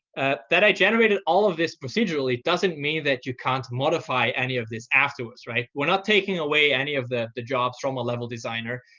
that i generated all of this procedurally doesn't mean that you can't modify any of this afterwards, right? we're not taking away any of the the jobs from a level designer.